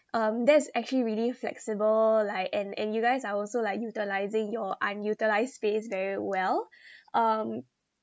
um that is actually really flexible like and and you guys are also like utilizing your unutilized space very well um